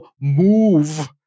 move